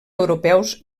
europeus